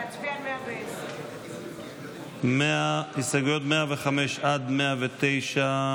להצביע על 110. הסתייגויות 105 109,